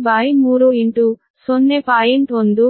123 19